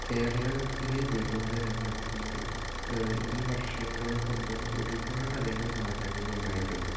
കേരളത്തിലെ വിനോദ രംഗത്തിൽ ഈ വർഷങ്ങൾ കൊണ്ട് ഒരുപാട് അധികം മാറ്റങ്ങൾ ഉണ്ടായിട്ടുണ്ട്